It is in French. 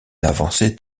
avançait